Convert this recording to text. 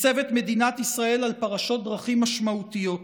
ניצבת מדינת ישראל על פרשות דרכים משמעותיות.